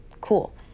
cool